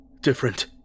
different